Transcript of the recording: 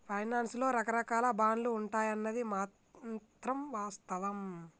finance లో రకరాకాల బాండ్లు ఉంటాయన్నది మాత్రం వాస్తవం